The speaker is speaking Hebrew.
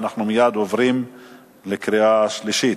ואנחנו מייד עוברים לקריאה שלישית.